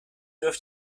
dürfte